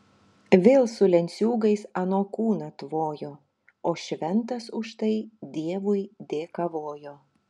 vėl su lenciūgais ano kūną tvojo o šventas už tai dievui dėkavojo